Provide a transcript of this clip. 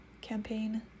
campaign